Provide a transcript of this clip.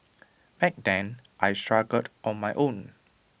back then I struggled on my own